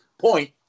point